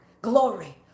glory